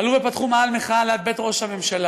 הן עלו ופתחו מאהל מחאה ליד בית ראש הממשלה,